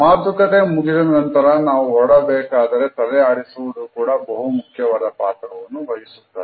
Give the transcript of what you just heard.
ಮಾತುಕತೆ ಮುಗಿದ ನಂತರ ನಾವು ಹೊರಡಬೇಕಾದರೆ ತಲೆ ಆಡಿಸುವುದು ಕೂಡ ಬಹು ಮುಖ್ಯವಾದ ಪಾತ್ರವನ್ನು ವಹಿಸುತ್ತದೆ